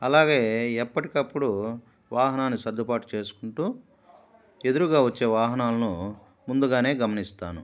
అలాగే ఎప్పటికప్పుడు వాహనాన్ని సర్దుపాాటు చేసుకుంటూ ఎదురుగా వచ్చే వాహనాలను ముందుగానే గమనిస్తాను